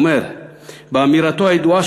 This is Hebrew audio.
הוא אומר באמירתו הידועה,